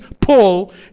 Paul